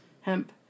hemp